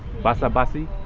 basabasi